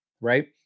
right